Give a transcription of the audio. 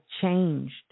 changed